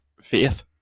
faith